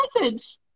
message